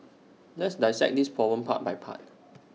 let's dissect this problem part by part